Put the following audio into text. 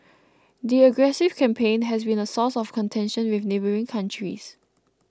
the aggressive campaign has been a source of contention with neighbouring countries